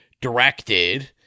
directed